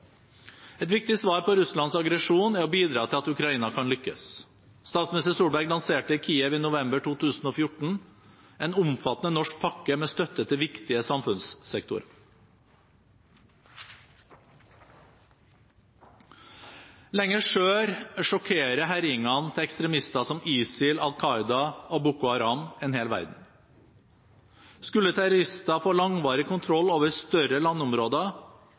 Et viktig svar på Russlands aggresjon er å bidra til at Ukraina kan lykkes. Statsminister Solberg lanserte i Kiev i november 2014 en omfattende norsk pakke med støtte til viktige samfunnssektorer. Lenger sør sjokkerer herjingene til ekstremister som ISIL, Al Qaida og Boko Haram en hel verden. Skulle terrorister få langvarig kontroll over større landområder,